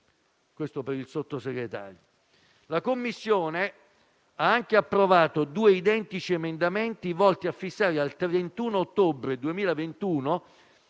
(testo 4)). La Commissione ha anche approvato due identici emendamenti volti a fissare al 31 ottobre 2021